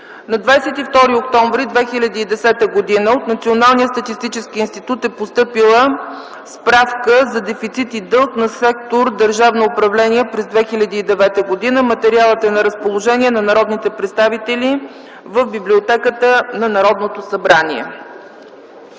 На 22 октомври 2010 г. от Националния статистически институт е постъпила „Справка за дефицит и дълг на сектор „Държавно управление” през 2009 г.”. Материалът е на разположение на народните представители в Библиотеката на Народното събрание.